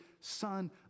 son